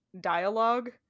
dialogue